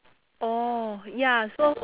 orh ya so